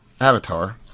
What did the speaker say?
avatar